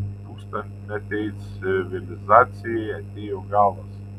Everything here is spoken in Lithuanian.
tūkstantmetei civilizacijai atėjo galas